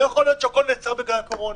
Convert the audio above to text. לא יכול להיות שהכול נעצר בגלל הקורונה,